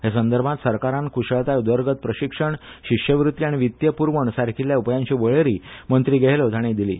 हे संदर्भांत सरकारान कुशळताय उदरगत प्रशिक्षण शिश्यवृत्ती आनी वित्तीय पुरवण सारखिल्ल्या उपायांची वळेरी मंत्री गेहलोत हांणी दिली